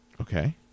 Okay